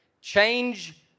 change